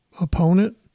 opponent